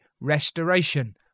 restoration